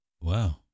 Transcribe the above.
Wow